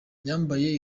yambaye